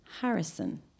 Harrison